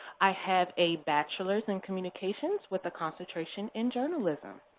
i have a bachelor's in communications with a concentration in journalism.